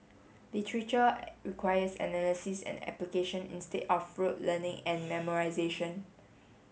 literature requires analysis and application instead of rote learning and memorisation